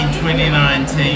2019